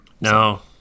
No